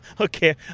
okay